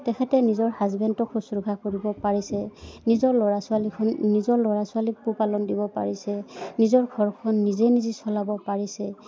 তেখেতে নিজৰ হাজবেণ্ডক শুশ্ৰূষা কৰিব পাৰিছে নিজৰ ল'ৰা ছোৱালীখিনি নিজৰ ল'ৰা ছোৱালীক পোহপালন দিব পাৰিছে নিজৰ ঘৰখন নিজে নিজেই চলাব পাৰিছে